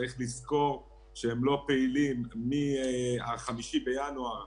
צריך לזכור שהם לא פעילים מה-5 בינואר,